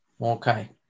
Okay